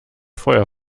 feuer